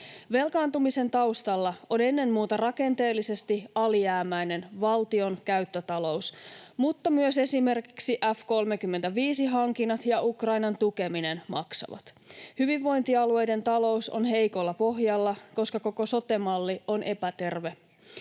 Velkaantumisen taustalla on ennen muuta rakenteellisesti alijäämäinen valtion käyttötalous, mutta myös esimerkiksi F-35-hankinnat ja Ukrainan tukeminen maksavat. Hyvinvointialueiden talous on heikolla pohjalla, koska koko sote-malli on epäterve.